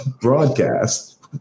broadcast